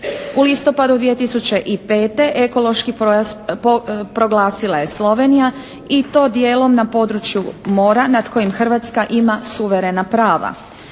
U listopadu 2005. ekološki pojas proglasila je Slovenija i to dijelom na području mora nad kojim Hrvatska ima suverena prava,